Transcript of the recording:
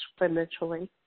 exponentially